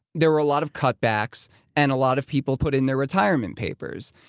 there were a lot of cutbacks and a lot of people put in their retirement papers.